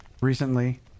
recently